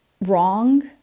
wrong